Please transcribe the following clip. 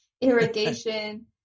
Irrigation